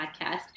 podcast